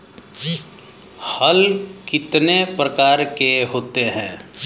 हल कितने प्रकार के होते हैं?